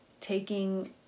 taking